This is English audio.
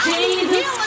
Jesus